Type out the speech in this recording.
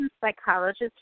psychologist